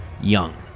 young